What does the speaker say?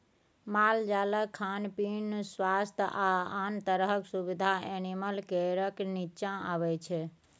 मालजालक खान पीन, स्वास्थ्य आ आन तरहक सुबिधा एनिमल केयरक नीच्चाँ अबै छै